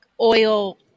oil